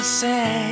say